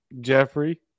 Jeffrey